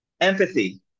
empathy